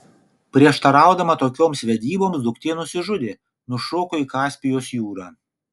prieštaraudama tokioms vedyboms duktė nusižudė nušoko į kaspijos jūrą